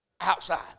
Outside